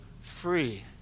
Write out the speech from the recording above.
free